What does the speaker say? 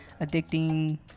addicting